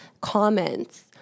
comments